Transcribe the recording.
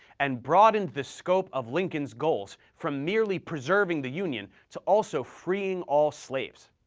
and broadened the scope of lincoln's goals from merely preserving the union to also freeing all slaves.